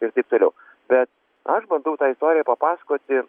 ir taip toliau bet aš bandau tą istoriją papasakoti